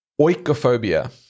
Oikophobia